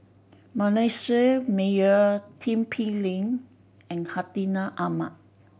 Manasseh Meyer Tin Pei Ling and Hartinah Ahmad